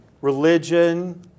Religion